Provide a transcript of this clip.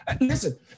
listen